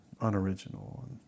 unoriginal